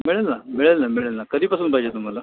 मिळेल ना मिळेल ना मिळेल ना कधीपासून पाहिजे तुम्हाला